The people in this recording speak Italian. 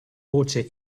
voce